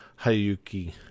Hayuki